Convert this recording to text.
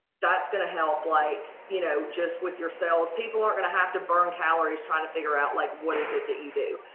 that's gonna help like you know just with yourselves. people aren't gonna have to burn calories trying to figure out like what is it that you do.